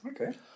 Okay